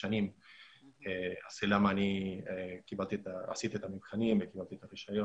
הברית לפני כמה שנים ולכן עשיתי את המבחנים שם וקיבלתי את הרישיון